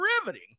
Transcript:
riveting